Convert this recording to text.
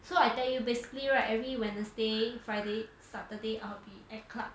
so I tell you basically right every wednesday friday saturday I'll be at club